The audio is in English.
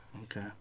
Okay